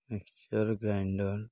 mixture grinder